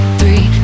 three